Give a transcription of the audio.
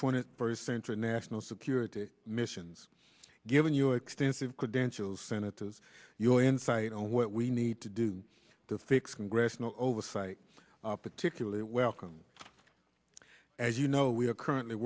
twenty first century national security missions giving you extensive credentials senators your insight on what we need to do to fix congressional oversight particularly welcome as you know we are currently